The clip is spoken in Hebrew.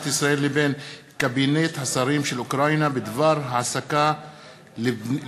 ישראל לבין קבינט השרים של אוקראינה בדבר העסקת בני